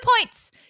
points